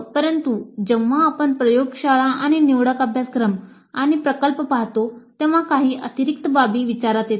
परंतु जेव्हा आपण प्रयोगशाळे आणि निवडक अभ्यासक्रम आणि प्रकल्प पाहतो तेव्हा काही अतिरिक्त बाबी विचारात येतात